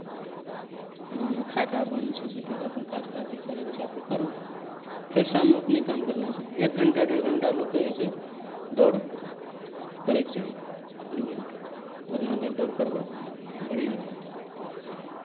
खाना उना खाए कऽ आ अपन छै से फेर अपन काज जे करयके छै अपन करू फेर शाममे अपने काम करनाइ छै एक घण्टा डेढ़ घण्टा लोककेँ जे छै दौड़ करयके चाही दू घण्टा उतना देर दौड़ करबै तऽ बढ़िआँ रहत